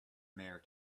mare